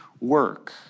work